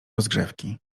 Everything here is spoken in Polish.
rozgrzewki